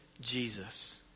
Jesus